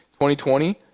2020